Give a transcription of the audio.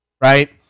right